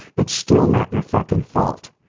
it's still not your fucking fault.